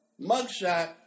mugshot